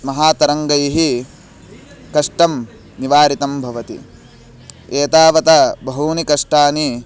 महातरङ्गैः कष्टं निवारितं भवति एतावता बहूनि कष्टानि